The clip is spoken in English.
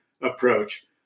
approach